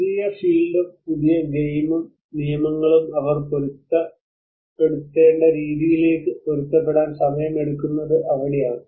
പുതിയ ഫീൽഡും പുതിയ ഗെയിം നിയമങ്ങളും അവർ പൊരുത്തപ്പെടുത്തേണ്ട രീതിയിലേക്ക് പൊരുത്തപ്പെടാൻ സമയമെടുക്കുന്നത് അവിടെയാണ്